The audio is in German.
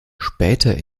später